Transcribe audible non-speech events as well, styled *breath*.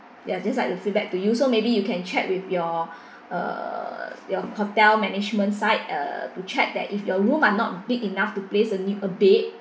ya just like to feedback to you so maybe you can check with your *breath* uh your hotel management side uh to check that if your room are not big enough to place a new bed